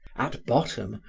at bottom,